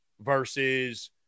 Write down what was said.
versus